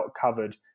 covered